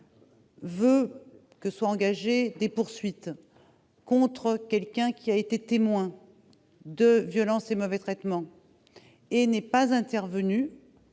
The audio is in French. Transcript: veut que soient engagées des poursuites contre quelqu'un qui a été témoin de violences ou de mauvais traitements sans intervenir,